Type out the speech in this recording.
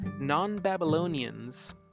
non-Babylonians